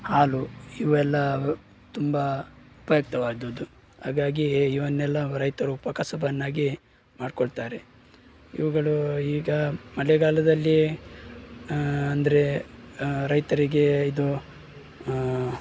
ಹಾಲು ಇವೆಲ್ಲ ತುಂಬ ಉಪಯುಕ್ತವಾದದ್ದು ಹಾಗಾಗಿ ಇವನ್ನೆಲ್ಲ ರೈತರು ಉಪಕಸುಬನ್ನಾಗಿ ಮಾಡ್ಕೊಳ್ತಾರೆ ಇವುಗಳು ಈಗ ಮಳೆಗಾಲದಲ್ಲಿ ಅಂದರೆ ರೈತರಿಗೆ ಇದು